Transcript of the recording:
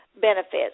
benefits